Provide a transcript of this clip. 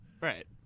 right